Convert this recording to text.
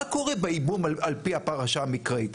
מה קורה בייבום על פי הפרשה המקראית?